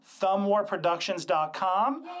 thumbwarproductions.com